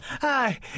hi